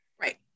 Right